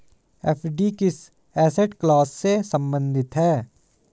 FD किस asset class से संबंधित है?